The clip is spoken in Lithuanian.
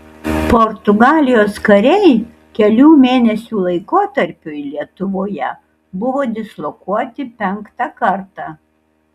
portugalijos kariai kelių mėnesių laikotarpiui lietuvoje buvo dislokuoti penktą kartą